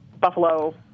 buffalo